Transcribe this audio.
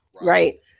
right